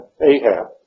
Ahab